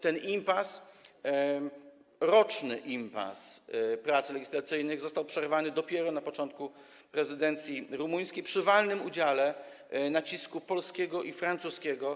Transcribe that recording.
Ten trwający rok impas w zakresie prac legislacyjnych został przerwany dopiero na początku prezydencji rumuńskiej przy walnym udziale nacisku polskiego i francuskiego.